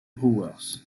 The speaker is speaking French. brewers